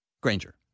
Granger